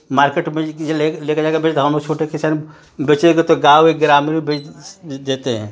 market में ये कि ये लेक ले कर जाएगा फिर तो हम लोग छोटे किसान बेचेंगे तो गाँव में ग्रामीण में बेच देते हैं